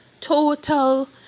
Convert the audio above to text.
total